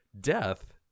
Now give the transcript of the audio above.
death